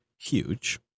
Huge